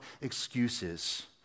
excuses